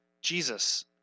Jesus